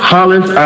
Hollis